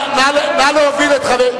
את הבדיחה שלכם.